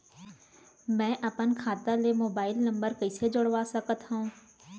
मैं अपन खाता ले मोबाइल नम्बर कइसे जोड़वा सकत हव?